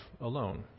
alone